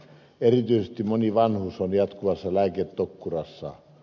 erityisesti moni vanhus on jatkuvassa lääketokkurassa